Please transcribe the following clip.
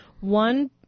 one